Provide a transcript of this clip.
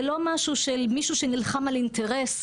זה לא משהו של מישהו שנלחם על אינטרס,